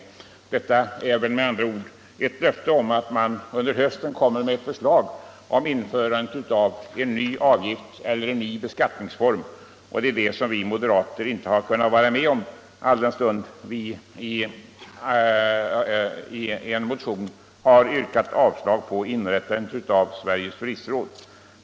Utskottet ger med andra ord ett löfte om att man under hösten kommer att framlägga ett förslag om införande av en ny avgift eller en ny beskattningsform, och det har vi moderater inte kunnat vara med om, alldenstund vi i en motion yrkat avslag på förslaget om inrättande av Sveriges turistråd.